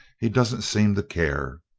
he doesn't seem to care.